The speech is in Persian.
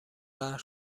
قهر